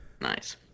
Nice